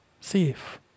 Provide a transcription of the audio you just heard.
safe